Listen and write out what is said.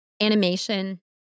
animation